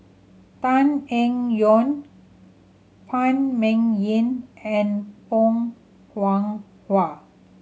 Tan Eng Yoon Phan Ming Yen and Bong Hiong Hwa